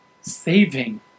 saving